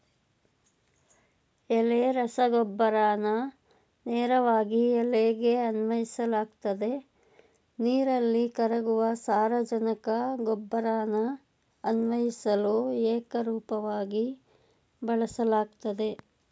ಎಲೆ ರಸಗೊಬ್ಬರನ ನೇರವಾಗಿ ಎಲೆಗೆ ಅನ್ವಯಿಸಲಾಗ್ತದೆ ನೀರಲ್ಲಿ ಕರಗುವ ಸಾರಜನಕ ಗೊಬ್ಬರನ ಅನ್ವಯಿಸಲು ಏಕರೂಪವಾಗಿ ಬಳಸಲಾಗ್ತದೆ